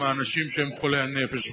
הם האנשים שהם חולי הנפש,